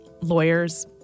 lawyers